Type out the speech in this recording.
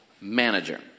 manager